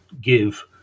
give